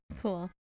Cool